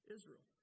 Israel